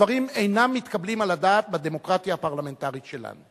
הדברים אינם מתקבלים על הדעת בדמוקרטיה הפרלמנטרית שלנו.